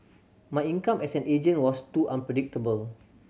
my income as an agent was too unpredictable